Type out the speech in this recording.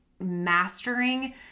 mastering